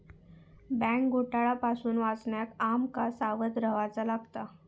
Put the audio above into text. bank घोटाळा पासून वाचण्याक आम का सावध रव्हाचा लागात